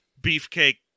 beefcake